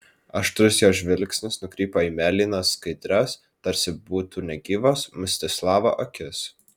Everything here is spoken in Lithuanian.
aštrus jo žvilgsnis nukrypo į mėlynas skaidrias tarsi būtų negyvos mstislavo akis